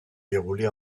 déroulé